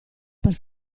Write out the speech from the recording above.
per